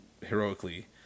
heroically